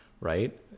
right